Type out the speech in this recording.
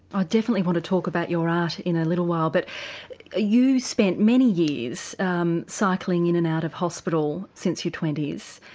ah definitely want to talk about your art in a little while but ah you spent many years um cycling in and out of hospital since your twenty s,